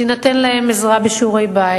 תינתן להם עזרה בשיעורי-בית,